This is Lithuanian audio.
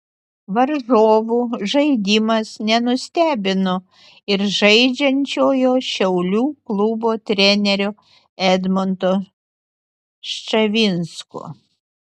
varžovų žaidimas nenustebino ir žaidžiančiojo šiaulių klubo trenerio edmundo ščavinsko